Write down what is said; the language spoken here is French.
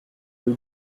rue